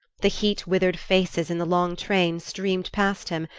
the heat-withered faces in the long train streamed past him,